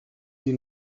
sie